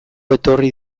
etorri